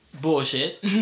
bullshit